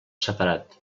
separat